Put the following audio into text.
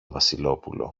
βασιλόπουλο